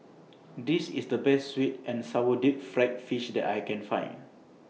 This IS The Best Sweet and Sour Deep Fried Fish that I Can Find